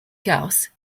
gauss